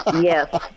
Yes